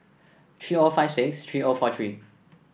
three O five six three O four three